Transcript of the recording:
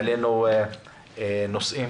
העלינו נושאים